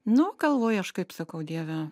nu galvoju aš kaip sakau dieve